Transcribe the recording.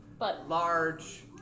large